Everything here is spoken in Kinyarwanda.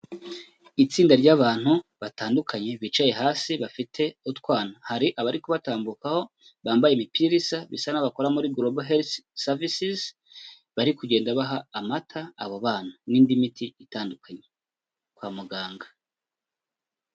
Itsinda ry'abantu batandukanye bicaye hasi bafite utwana, hari abari kubatambukaho bambaye imipira isa, bisa n'aho bakora muri gorobo helifu savisizi, bari kugenda baha amata abo bana n'indi miti itandukanye kwa muganga.